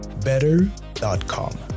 better.com